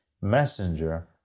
messenger